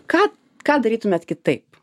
ką ką darytumėt kitaip